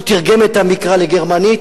והוא תרגם את המקרא לגרמנית,